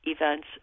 events